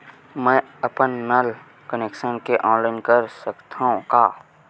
मैं अपन नल कनेक्शन के ऑनलाइन कर सकथव का?